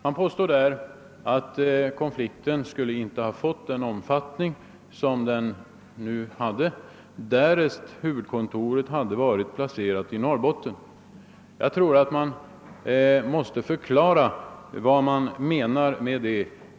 Herr Petersson påstår att konflikten inte skulle ha fått den omfattning den erhöll därest LKAB:s huvudkontor hade varit placerat i Norrbotten. Jag anser att han måste förklara vad han menar med detta uttalande.